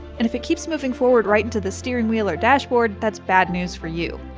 and if it keeps moving forward right into the steering wheel or dashboard, that's bad news for you.